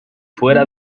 fuera